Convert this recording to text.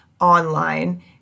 online